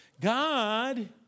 God